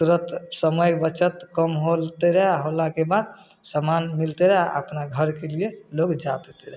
तुरन्त समय बचत कम होतै रहै होलाके बाद समान मिलतै रहै अपना घरके लिए लोक जा पेतै रहै